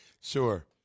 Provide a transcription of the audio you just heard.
Sure